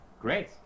Great